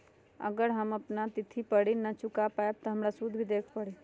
अगर हम अपना तिथि पर ऋण न चुका पायेबे त हमरा सूद भी देबे के परि?